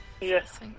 Yes